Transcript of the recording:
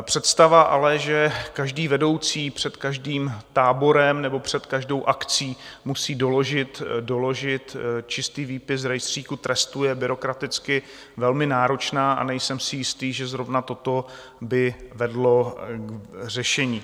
Představa ale, že každý vedoucí před každým táborem nebo před každou akcí musí doložit čistý výpis z rejstříku trestů, je byrokraticky velmi náročná a nejsem si jistý, že zrovna toto by vedlo k řešení.